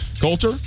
Colter